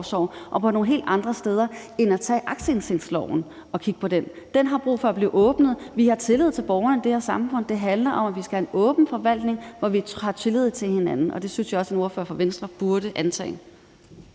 og nogle helt andre steder end ved at tage aktindsigtsloven og kigge på den. Den har brug for at blive åbnet, vi har tillid til borgerne i det her samfund, og det handler om, at vi skal have en åben forvaltning, hvor vi har tillid til hinanden. Og det synes jeg også en ordfører fra Venstre burde antage.